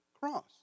cross